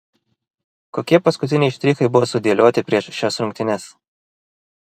kokie paskutiniai štrichai buvo sudėlioti prieš šias rungtynes